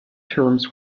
terms